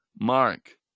Mark